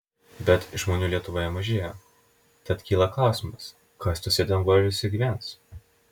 bet žmonių lietuvoje mažėja tad kyla klausimas kas tuose dangoraižiuose gyvens